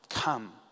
Come